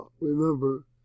remember